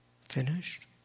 Finished